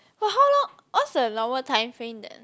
for how long what's the longer time frame that